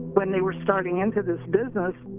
when they were starting into this business,